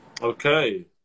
Okay